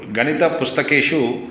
गणितपुस्तकेषु